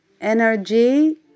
energy